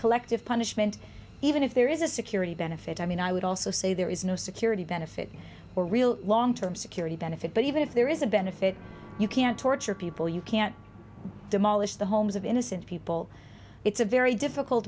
collective punishment even if there is a security benefit i mean i would also say there is no security benefit or real long term security benefit but even if there is a benefit you can't torture people you can't demolish the homes of innocent people it's a very difficult